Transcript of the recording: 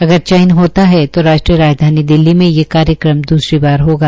अगर चयन होता है तो राष्ट्रीय राजधानी दिल्ली में ये कार्यक्रम दूसरी बार होगा